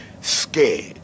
scared